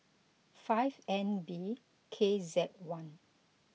five N B K Z one